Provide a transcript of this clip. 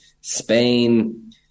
Spain